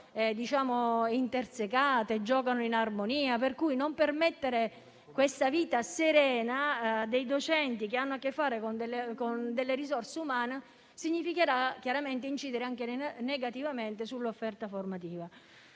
intersecate, giocano in armonia; per cui non permettere una vita serena ai docenti che hanno a che fare con delle risorse umane significherà chiaramente incidere anche negativamente sull'offerta formativa.